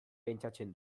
pentsatzen